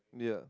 yeah